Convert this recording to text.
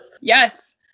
Yes